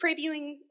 previewing